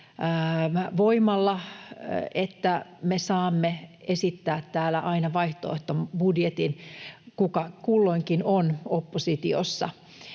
voimalla, että me saamme esittää täällä aina vaihtoehtobudjetin, kuka kulloinkin on oppositiossa.